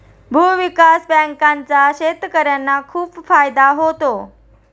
भूविकास बँकांचा शेतकर्यांना खूप फायदा होतो